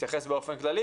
יתייחס באופן כללי.